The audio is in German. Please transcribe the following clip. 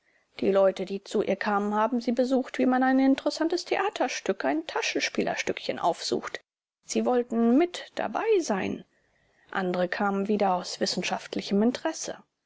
die leute die zu ihr kamen haben sie besucht wie man ein interessantes theaterstück ein taschenspielerstückchen aufsucht sie wollten mit dabei sein andere kamen wieder aus wissenschaftlichem interesse